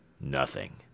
Nothing